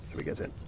we get in?